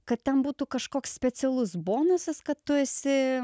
kad ten būtų kažkoks specialus bonusas kad tu esi